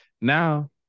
Now